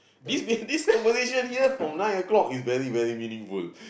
this this conversation from nine o'clock is very vey meaningful